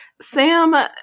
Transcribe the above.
Sam